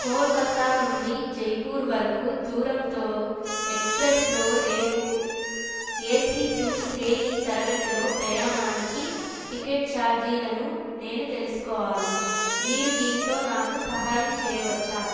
కోల్కతా నుండి జైపూర్ వరకు దురంతో ఎక్స్ప్రెస్లో రేపు ఏసీ టూ శ్రేణి తరగతిలో ప్రయాణానికి టికెట్ ఛార్జీలను నేను తెలుసుకోవాలి మీరు దీనితో నాకు సహాయం చేయవచ్చా